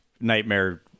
Nightmare